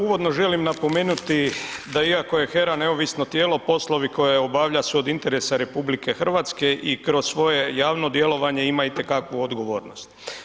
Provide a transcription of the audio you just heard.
Uvodno želim napomenuti da iako je HERA neovisno tijelo poslovi koje obavlja su od interesa RH i kroz svoje javno djelovanje ima itekakvu odgovornost.